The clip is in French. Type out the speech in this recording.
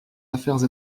affaires